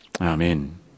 Amen